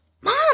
Mom